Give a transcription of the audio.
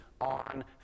on